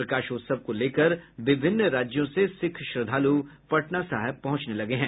प्रकाशोत्सव को लेकर विभिन्न राज्यों से सिख श्रद्दालु पटना साहिब पहुंचने लगे हैं